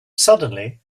suddenly